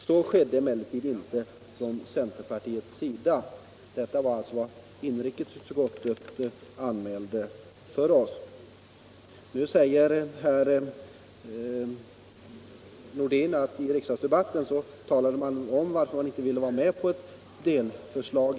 Så skedde emellertid inte från centerpartiets sida.” Nu säger herr Nordin att man i riksdagsdebatten talade om att man inte ville vara med på något delförslag.